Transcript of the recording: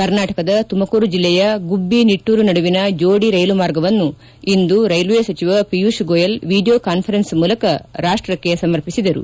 ಕರ್ನಾಟಕದ ತುಮಕೂರು ಜಿಲ್ಲೆಯ ಗುಬ್ಬಿ ನಿಟ್ವೂರು ನಡುವಿನ ಜೋಡಿ ರೈಲು ಮಾರ್ಗವನ್ನು ಇಂದು ರೈಲ್ವೆ ಸಚಿವ ಒಯೂಶ್ ಗೋಯಲ್ ವಿಡಿಯೋ ಕಾನ್ವರೆನ್ಸ್ ಮೂಲಕ ರಾಷ್ಟಕ್ಕೆ ಸಮರ್ಪಿಸಿದರು